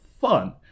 fun